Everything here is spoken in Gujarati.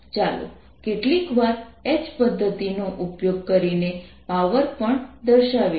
ચાલો કેટલીકવાર H પદ્ધતિનો ઉપયોગ કરીને પાવર પણ દર્શાવે છે